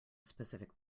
specific